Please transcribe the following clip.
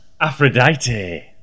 Aphrodite